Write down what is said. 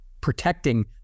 protecting